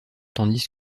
tandis